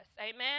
amen